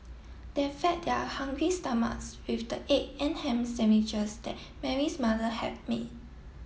they fed their hungry stomachs with the egg and ham sandwiches that Mary's mother had made